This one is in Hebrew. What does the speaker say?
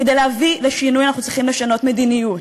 כדי להביא לשינוי אנחנו צריכים לשנות מדיניות.